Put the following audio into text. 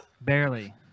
Barely